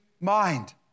mind